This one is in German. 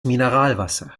mineralwasser